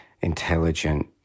intelligent